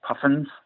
puffins